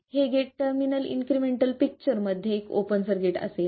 हे gate terminal incremental picture मध्ये एक ओपन सर्किट असेल